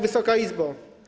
Wysoka Izbo!